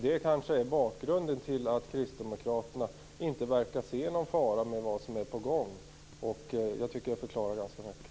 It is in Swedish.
Det kanske är bakgrunden till att kristdemokraterna inte verkar se någon fara med vad som är på gång. Jag tycker att det förklarar ganska mycket.